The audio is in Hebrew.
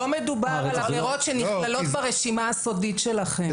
לא מדובר על עבירות שנכללות ברשימה הסודית שלכם.